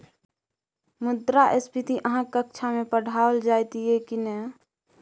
मुद्रास्फीति अहाँक कक्षामे पढ़ाओल जाइत यै की नै?